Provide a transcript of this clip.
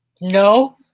No